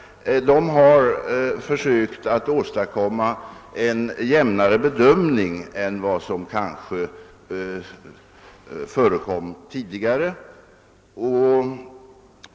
Vad som skett sedan vi fick vapenfrinämnden är också att man försökt åstadkomma en jämnare bedömning än tidigare.